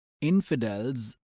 infidels